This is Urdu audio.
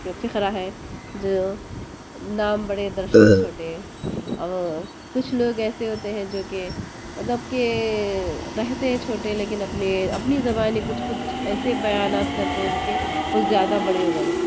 یہ فقرہ ہے جو نام بڑے درشن چھوٹے اور کچھ لوگ ایسے ہوتے ہیں جو کہ مطلب کہ رہتے چھوٹے لیکن اپنی اپنی زبانی کچھ کچھ ایسے بیانات کرتے ہیں کہ کچھ زیادہ بڑے ہوں لگے